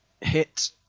hit